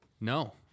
no